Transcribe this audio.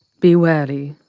be wary,